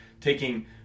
taking